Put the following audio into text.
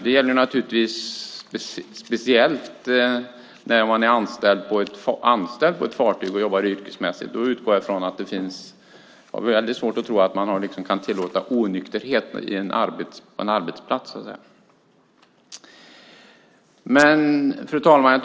Det gäller speciellt när man är anställd på ett fartyg och jobbar yrkesmässigt. Jag har väldigt svårt att tro att man kan tillåta onykterhet på en arbetsplats. Fru talman!